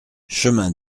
chemin